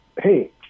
hey